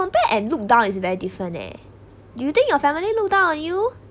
compare and looked down is very different eh do you think your family look down on you